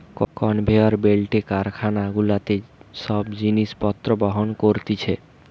conveyor বেল্টে করে কারখানা গুলাতে সব জিনিস পত্র বহন করতিছে